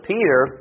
Peter